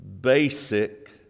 basic